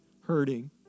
hurting